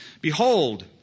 Behold